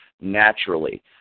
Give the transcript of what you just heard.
naturally